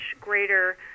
greater